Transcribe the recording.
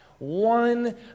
One